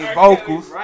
vocals